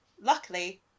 Luckily